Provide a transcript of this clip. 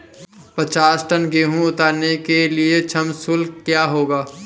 पचास टन गेहूँ उतारने के लिए श्रम शुल्क क्या होगा?